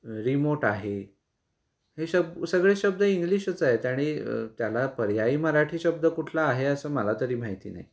remote आहे हे शब्द सगळे शब्द इंग्लिशच आहेत आणि त्याला पर्यायी मराठी शब्द कुठला आहे असं मला तरी माहिती नाही